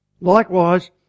Likewise